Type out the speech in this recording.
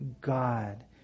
God